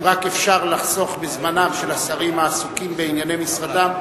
אם רק אפשר לחסוך בזמנם של השרים העסוקים בענייני משרדם,